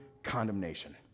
condemnation